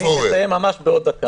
אני מסיים ממש בעוד דקה.